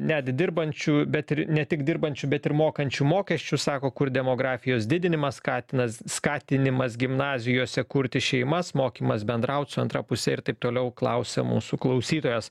net dirbančių bet ir ne tik dirbančių bet ir mokančių mokesčius sako kur demografijos didinimas katinas skatinimas gimnazijose kurti šeimas mokymas bendraut su antra puse ir taip toliau klausia mūsų klausytojas